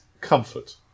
Comfort